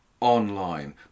online